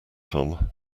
tom